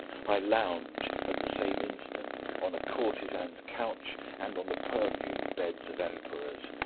i lounge, at the same instant, on a courtesan's couch and on the perfumed beds of emperors.